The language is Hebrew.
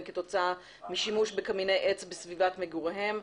כתוצאה משימוש בקמיני עץ בסביבת מגוריהם.